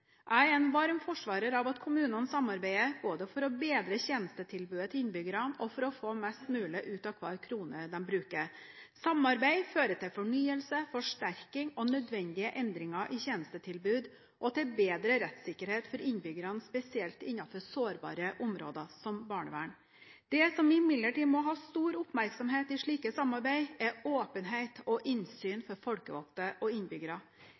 Jeg er en varm forsvarer av at kommunene samarbeider både for å bedre tjenestetilbudet til innbyggere og for å få mest mulig ut av hver krone de bruker. Samarbeid fører til fornyelse, forsterking og nødvendige endringer i tjenestetilbud og til bedre rettssikkerhet for innbyggerne, spesielt innenfor sårbare områder som barnevern. Det som imidlertid må ha stor oppmerksomhet i slikt samarbeid, er åpenhet og innsyn for folkevalgte og innbyggere.